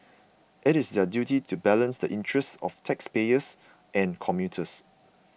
it is their duty to balance the interests of taxpayers and commuters